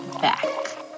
back